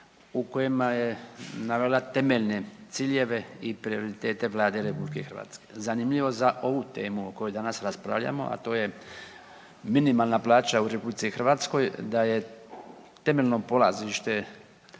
u kojima je navela temeljne ciljeve i prioritete Vlade RH. Zanimljivo za ovu temu o kojoj danas raspravljamo, a to je minimalna plaća u RH, da je temeljno polazište Vlade